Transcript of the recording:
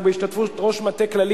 ובהשתתפות ראש המטה הכללי